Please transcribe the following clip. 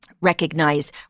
recognize